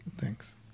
Thanks